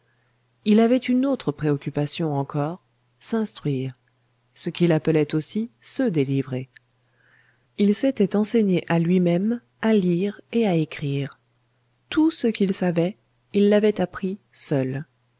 il avait une autre préoccupation encore s'instruire ce qu'il appelait aussi se délivrer il s'était enseigné à lui-même à lire et à écrire tout ce qu'il savait il l'avait appris seul